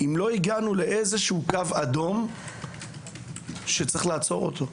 אם לא הגענו לאיזה קו אדום שצריך לעצור אותו?